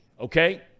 okay